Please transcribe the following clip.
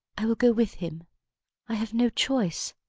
i will go with him i have no choice.